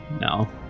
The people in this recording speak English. no